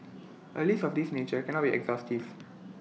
A list of this nature cannot be exhaustive